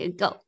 go